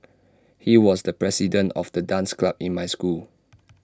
he was the president of the dance club in my school